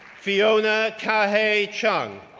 fiona kahay chung,